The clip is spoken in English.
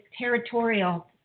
territorial